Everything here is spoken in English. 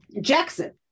Jackson